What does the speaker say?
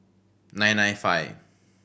nine nine five